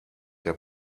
der